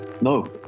No